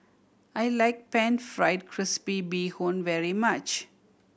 I like Pan Fried Crispy Bee Hoon very much